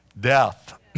death